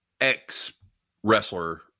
ex-wrestler